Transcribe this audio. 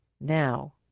now